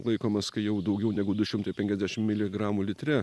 laikomas kai jau daugiau negu du šimtai penkiasdešimt miligramų litre